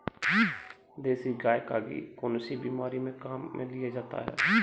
देसी गाय का घी कौनसी बीमारी में काम में लिया जाता है?